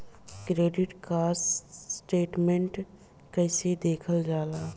Credit card statement कइसे देखल जाला?